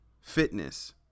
fitness